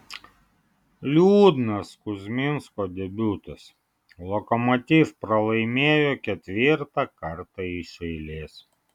liūdnas kuzminsko debiutas lokomotiv pralaimėjo ketvirtą kartą iš eilės